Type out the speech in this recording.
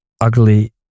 Ugly